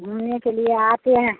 घूमने के लिए आते हैं